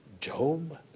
Job